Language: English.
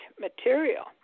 material